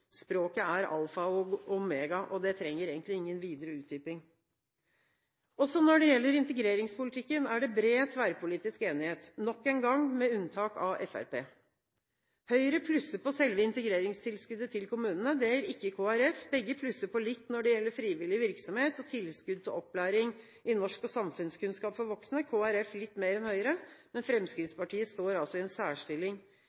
Språket er alfa og omega, og det trenger egentlig ingen videre utdyping. Også når det gjelder integreringspolitikken, er det bred, tverrpolitisk enighet – nok en gang med unntak av Fremskrittspartiet. Høyre plusser på selve integreringstilskuddet til kommunene. Det gjør ikke Kristelig Folkeparti. Begge plusser på litt når det gjelder frivillig virksomhet og tilskudd til opplæring i norsk og samfunnskunnskap for voksne, Kristelig Folkeparti litt mer enn Høyre, men